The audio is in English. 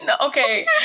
okay